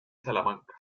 salamanca